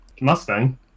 Mustang